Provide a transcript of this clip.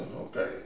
okay